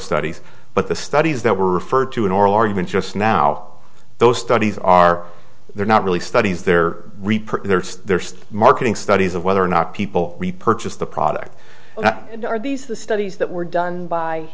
studies but the studies that were referred to an oral argument just now those studies are they're not really studies they're report they're marketing studies of whether or not people repurchase the product are these the studies that were done by